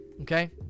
okay